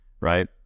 right